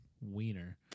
wiener